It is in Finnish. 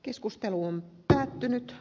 keskustelu on päättynyt